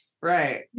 Right